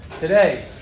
Today